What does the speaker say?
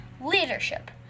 leadership